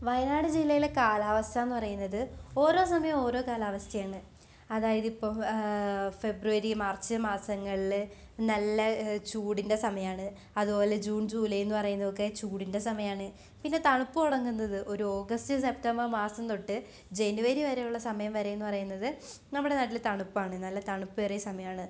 വയനാട് ജില്ലയിലെ കാലാവസ്ഥയെന്ന് പറയുന്നത് ഓരോ സമയമോരോ കാലാവസ്ഥയാണ് അതായത് ഇപ്പോള് ഫെബ്രുവരി മാർച്ച് മാസങ്ങളില് നല്ല ചൂടിൻറ്റെ സമയമാണ് അതുപോലെ ജൂൺ ജൂലൈ എന്ന് പറയുന്നതൊക്കെ ചൂടിൻറ്റെ സമയാണ് പിന്നെ തണുപ്പ് തുടങ്ങുന്നത് ഒരു ഓഗസ്റ്റ് സെപ്റ്റംബർ മാസംതൊട്ട് ജനുവരി വരെയുള്ള സമയം വരെയെന്ന് പറയുന്നത് നമ്മുടെ നാട്ടില് തണുപ്പാണ് നല്ല തണുപ്പേറിയ സമയമാണ്